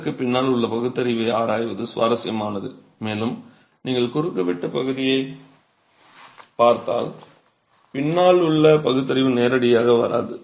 இதற்குப் பின்னால் உள்ள பகுத்தறிவை ஆராய்வது சுவாரஸ்யமானது மேலும் நீங்கள் குறுக்குவெட்டு பகுதியைப் பார்த்தால் பின்னால் உள்ள பகுத்தறிவு நேரடியாக வராது